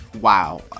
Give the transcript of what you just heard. wow